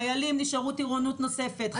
חיילים נשארו טירונות נוספת,